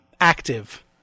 active